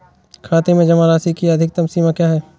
खाते में जमा राशि की अधिकतम सीमा क्या है?